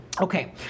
Okay